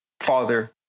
father